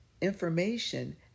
information